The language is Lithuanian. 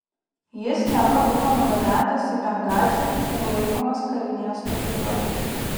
jis neva buvo nugabentas į bengazį ir laikomas karinėje stovykloje